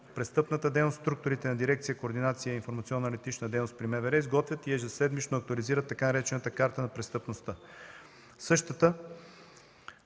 престъпната дейност в структурите на Дирекция „Координация и информационно-аналитична дейност” при МВР, изготвят и ежеседмично актуализират така наречената „Карта на престъпността”. Същата